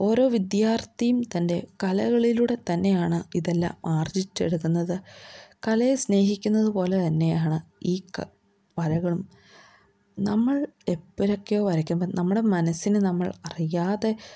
ഓരോ വിദ്യാർത്ഥിയും തൻ്റെ കലകളിലൂടെ തന്നെയാണ് ഇതെല്ലാം ആർജ്ജിച്ചെടുക്കുന്നത് കലയെ സ്നേഹിക്കുന്നതു പോലെ തന്നെയാണ് ഈ ക വരകളും നമ്മൾ എപ്പോഴൊക്കെയോ വരക്കുമ്പോൾ നമ്മുടെ മനസ്സിനു നമ്മൾ അറിയാതെ